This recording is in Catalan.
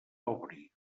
obri